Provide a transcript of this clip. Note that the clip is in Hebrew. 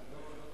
למרות